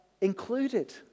included